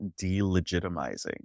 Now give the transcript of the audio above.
delegitimizing